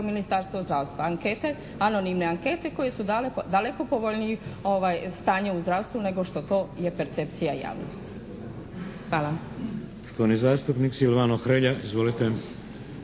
Ministarstvo zdravstva. Ankete, anonimne ankete koje su dale daleko povoljnije stanje u zdravstvu nego što to je percepcija javnosti. Hvala.